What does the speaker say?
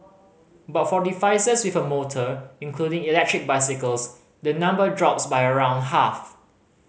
but for devices with a motor including electric bicycles the number drops by around half